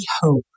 hope